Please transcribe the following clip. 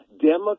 Democrat